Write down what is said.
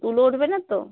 তুলো উঠবে না তো